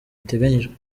iteganyijwe